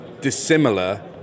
dissimilar